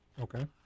Okay